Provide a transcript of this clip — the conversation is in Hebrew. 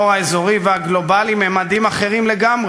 נפשעת בעת שהיה נבחר ציבור ושר בממשלת ישראל,